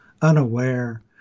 unaware